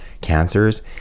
cancers